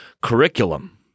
curriculum